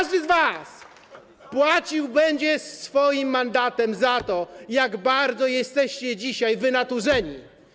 Każdy z was płacił będzie swoim mandatem za to, jak bardzo jesteście dzisiaj wynaturzeni.